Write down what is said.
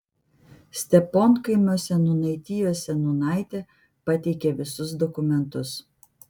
steponkaimio seniūnaitijos seniūnaitė pateikė visus dokumentus